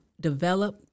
develop